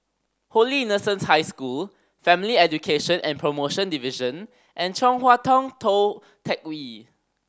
Holy Innocents' High School Family Education and Promotion Division and Chong Hua Tong Tou Teck Hwee